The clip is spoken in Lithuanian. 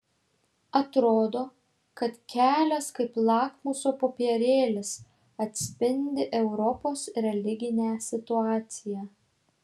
atrodo kad kelias kaip lakmuso popierėlis atspindi europos religinę situaciją